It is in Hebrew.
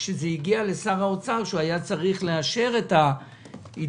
כשזה הגיע לשר האוצר, שהיה צריך לאשר את העדכון,